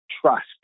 trust